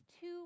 two